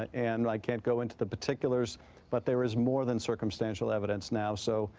and like can go into the particulars but there is more than circumstantial evidence now. so